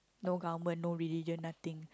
no government no religion nothing